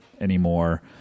anymore